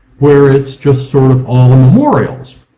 where it's just sort of all the memorials.